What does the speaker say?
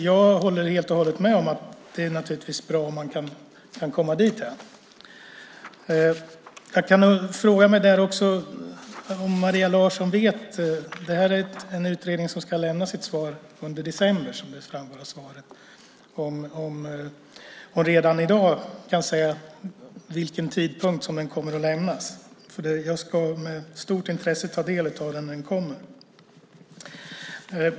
Jag håller helt och hållet med om att det naturligtvis är bra om man kan komma dithän. Utredningen ska lämna sitt svar under december, som framgår av svaret. Jag undrar om Maria Larsson kan säga vid vilken tidpunkt den kommer att lämnas, för jag ska med stort intresse ta del av den när den kommer.